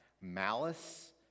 malice